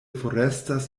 forestas